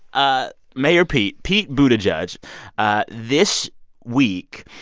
ah mayor pete, pete buttigieg this week,